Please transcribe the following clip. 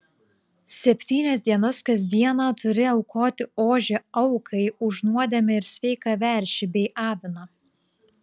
septynias dienas kas dieną turi aukoti ožį aukai už nuodėmę ir sveiką veršį bei aviną